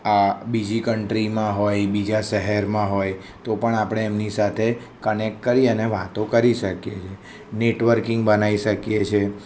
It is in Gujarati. આ બીજી કન્ટ્રીમાં હોય બીજા શહેરમાં હોય તો પણ આપણે એમની સાથે કનેક્ટ કરી અને વાતો કરી શકીએ છે નેટવર્કિંગ બનાવી શકીએ છે